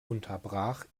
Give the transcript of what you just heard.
unterbrach